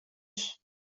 bus